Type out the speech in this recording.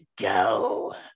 go